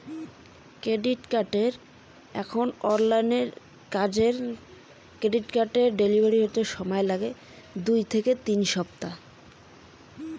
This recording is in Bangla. ক্রেডিট কার্ডের ডেলিভারি হতে কতদিন সময় লাগে?